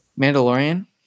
Mandalorian